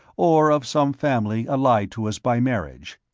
or of some family allied to us by marriage.